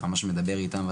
אתה ממש מדבר איתם,